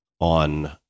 on